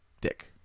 Dick